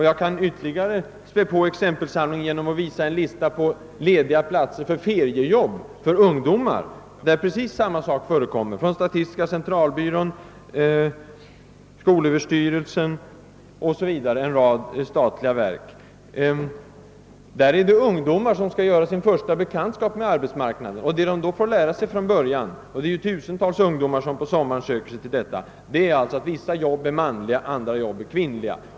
Jag skall utöka exempelsamlingen genom att visa en förteckning över lediga feriejobb för ungdomar där precis samma sak förekommer; det gäller statistiska centralbyrån, skolöverstyrelsen och en rad andra statliga verk. Tusentals ungdomar som skall göra sin första bekantskap med arbetsmarknaden får redan från början lära sig att vissa jobb är manliga och vissa är kvinnliga.